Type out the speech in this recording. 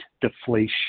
deflation